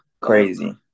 Crazy